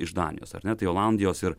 iš danijos ar ne tai olandijos ir